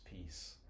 peace